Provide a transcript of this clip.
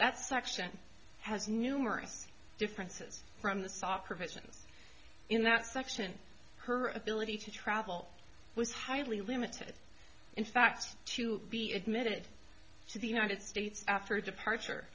that section has numerous differences from the soft provisions in that section her ability to travel was highly limited in fact to be admitted to the united states after departure